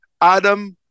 Adam